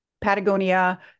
Patagonia